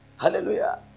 Hallelujah